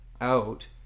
out